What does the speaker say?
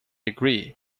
agree